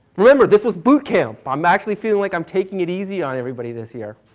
remember this was boot camp, i am actually feeling like i am taking it easy on everybody this year,